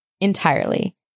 entirely